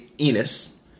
Enos